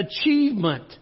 achievement